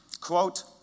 Quote